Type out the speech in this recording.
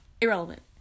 irrelevant